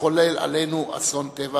מתחולל עלינו אסון טבע